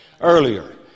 earlier